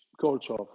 culture